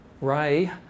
Ray